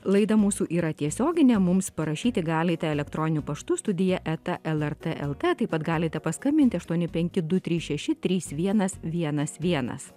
laida mūsų yra tiesioginė mums parašyti galite elektroniu paštu studija eta lrt lt taip pat galite paskambinti aštuoni penki du trys šeši trys vienas vienas vienas